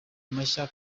mashya